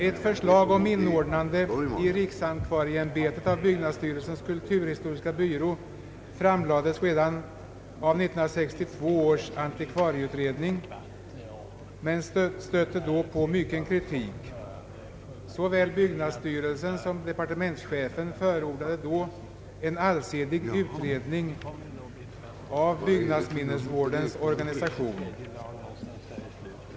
Ett förslag om inordnande av denna byrå i riksantikvarieämbetet framlades redan av 1962 års antikvarieutredning men mötte mycken kritik. Såväl byggnadsstyrelsen som departementschefen förordade då en allsidig utredning av byggnadsminnesvårdens organisation.